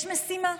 יש משימה,